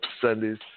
Sundays